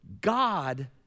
God